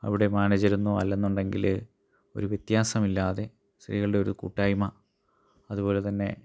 അവിടെ മാനേജർ എന്നോ അല്ലെന്നുണ്ടെങ്കില് ഒരു വ്യത്യാസമില്ലാതെ സ്ത്രീകളുടെ ഒരു കൂട്ടായ്മ അതുപോലെ തന്നെ